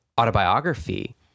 autobiography